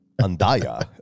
Andaya